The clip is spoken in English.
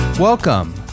Welcome